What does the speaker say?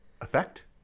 Effect